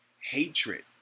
hatred